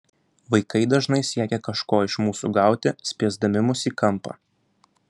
vaikai dažnai siekia kažko iš mūsų gauti spiesdami mus į kampą